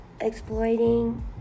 exploiting